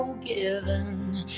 Given